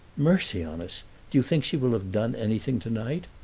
mercy on us do you think she will have done anything tonight?